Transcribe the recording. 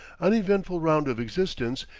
uneventful round of existence,